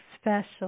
special